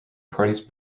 parties